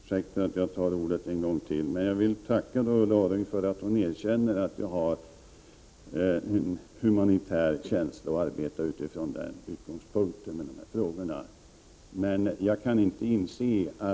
Herr talman! Jag ber om ursäkt för att jag tar till orda ytterligare en gång. Men jag vill tacka Ulla Orring för att hon erkänner att jag har en humanitär känsla och arbetar utifrån den utgångspunkten med de här frågorna.